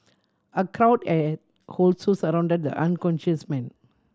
a crowd also surrounded the unconscious man